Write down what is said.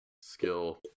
skill